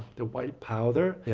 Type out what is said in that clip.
the white powder. yeah